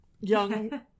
young